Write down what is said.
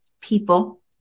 people